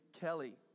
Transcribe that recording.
Kelly